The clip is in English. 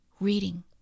reading